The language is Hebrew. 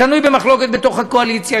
שנוי במחלוקת בתוך הקואליציה,